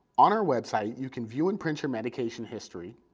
on our website you can view and print your medication history,